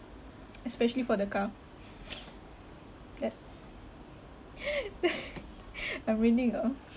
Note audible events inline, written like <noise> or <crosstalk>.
<noise> especially for the car <noise> ya <laughs> I mean it orh